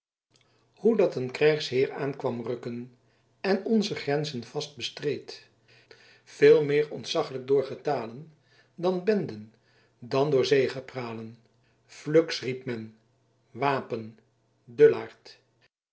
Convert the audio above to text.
hoe dat een krijgsheir aan quam rukken en onze grenzen vast bestreed veel min ontzachlijk door getalen van benden dan door zegepralen fluks riep men wapen